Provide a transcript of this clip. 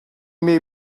made